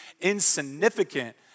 insignificant